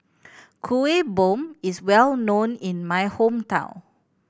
Kuih Bom is well known in my hometown